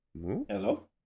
Hello